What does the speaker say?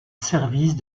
service